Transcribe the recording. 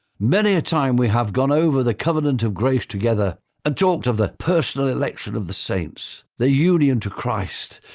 many a time we have gone over the covenant of grace together and talked of the personal election of the saints, their union to christ,